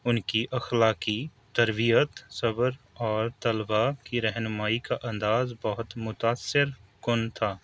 ان کی اخلاقی تربیت صبر اور طلباء کی رہنمائی کا انداز بہت متاثر کن تھا